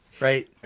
Right